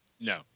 no